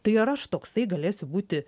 tai ar aš toksai galėsiu būti